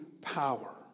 power